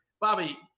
Bobby